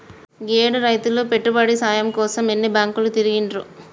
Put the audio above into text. గీయేడు రైతులు పెట్టుబడి సాయం కోసం ఎన్ని బాంకులు తిరిగిండ్రో